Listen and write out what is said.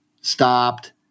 stopped